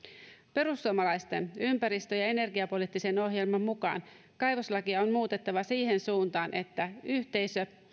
perussuomalaisten ympäristö ja energiapoliittisen ohjelman mukaan kaivoslakia on muutettava siihen suuntaan että yhteisö